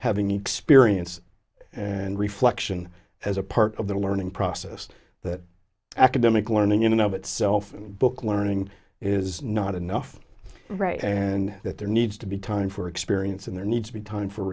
having experience and reflection as a part of the learning process that academic learning in and of itself and book learning is not enough right and that there needs to be time for experience and there needs to be time for